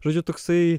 žodžiu toksai